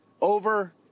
over